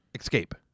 Escape